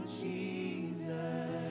Jesus